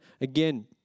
again